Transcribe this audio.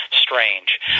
strange